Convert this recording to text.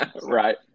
right